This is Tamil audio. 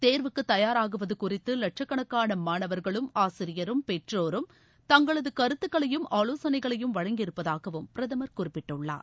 தேர்வுக்கு தபாராகுவது குறித்து வட்சக்கணக்கான மாணவர்களும ஆசிரியரும் பெற்றோரும் தங்களது கருத்துக்களையும் ஆலோசனைகளையும் வழங்கியிருப்பதாகவும் பிரதமர் குறிப்பிட்டுள்ளார்